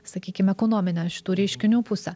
sakykim ekonominę šitų reiškinių pusę